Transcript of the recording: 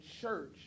church